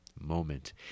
moment